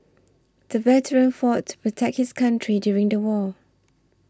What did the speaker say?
the veteran fought to protect his country during the war